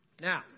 Now